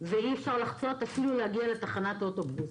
ואי אפשר לחצות, אפילו להגיע לתחנת האוטובוס.